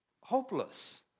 hopeless